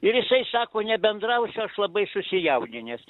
ir jisai sako nebendrausiu aš labai susijaudinęs